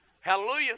Hallelujah